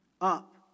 up